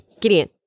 Gideon